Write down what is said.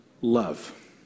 love